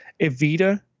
Evita